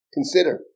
Consider